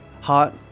hot